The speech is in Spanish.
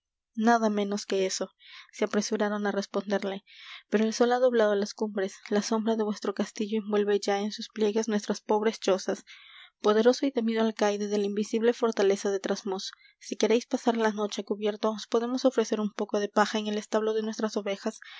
nada menos que eso se apresuraron á responderle pero el sol ha doblado las cumbres la sombra de vuestro castillo envuelve ya en sus pliegues nuestras pobres chozas poderoso y temido alcaide de la invisible fortaleza de trasmoz si queréis pasar la noche á cubierto os podemos ofrecer un poco de paja en el establo de nuestras ovejas